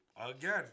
again